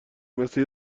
مثه